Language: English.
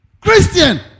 Christian